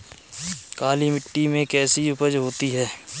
काली मिट्टी में कैसी उपज होती है?